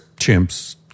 chimps